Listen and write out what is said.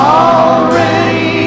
already